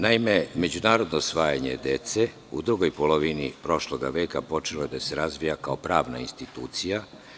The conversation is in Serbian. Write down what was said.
Naime, međunarodno usvajanje dece u drugoj polovini prošlog veka počelo je da se razvija kao pravna institucija.